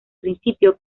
principio